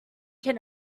can